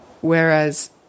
Whereas